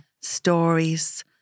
stories